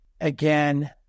Again